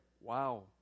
Wow